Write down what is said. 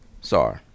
Sorry